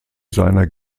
seiner